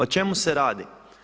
O čemu se radi?